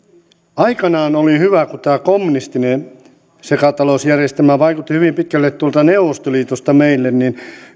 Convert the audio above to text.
aikanaan oli hyvä kun tämä kommunistinen sekatalousjärjestelmä vaikutti hyvin pitkälle tuolta neuvostoliitosta meille